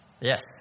Yes